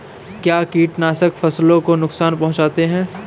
क्या कीटनाशक फसलों को नुकसान पहुँचाते हैं?